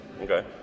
Okay